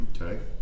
Okay